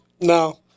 No